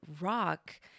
rock